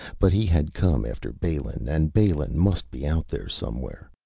but he had come after balin, and balin must be out there somewhere.